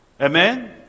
Amen